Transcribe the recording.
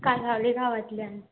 कासावळें गांवांतल्यान